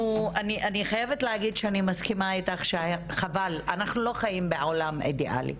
חייבת להגיד שאני מסכימה איתך שחבל שאנחנו לא חיים בעולם אידיאלי.